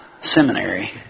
seminary